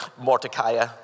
Mordecai